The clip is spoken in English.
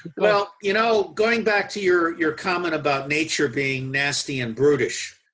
well, you know, going back to your your comment about nature being nasty and brutish,